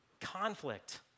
Conflict